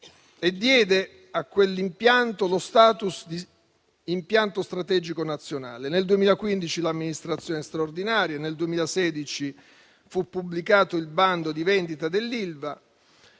e diede a quell'impianto lo *status* di impianto strategico nazionale; nel 2015 l'amministrazione straordinaria, nel 2016 fu pubblicato il bando di vendita dell'Ilva.